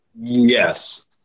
Yes